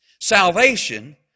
Salvation